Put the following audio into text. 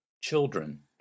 Children